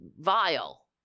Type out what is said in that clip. vile